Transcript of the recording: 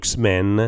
X-Men